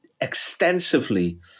extensively